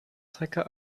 trecker